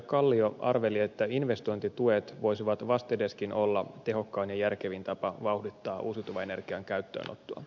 kallio arveli että investointituet voisivat vastedeskin olla tehokkain ja järkevin tapa vauhdittaa uusiutuvan energian käyttöönottoa